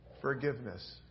forgiveness